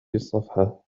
الصفحة